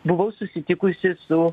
buvau susitikusi su